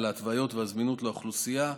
אחר ההתוויות והזמינות לאוכלוסייה,